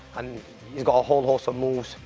um he's got a whole host of moves,